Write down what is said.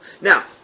Now